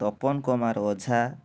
Tapan Kumar Ojha